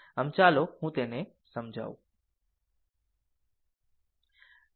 આમ ચાલો હું તેને સમજાવું બરાબર